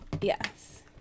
yes